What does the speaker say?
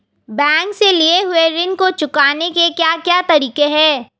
Bank से लिए हुए ऋण को चुकाने के क्या क्या तरीके हैं?